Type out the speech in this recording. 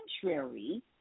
contrary